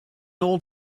old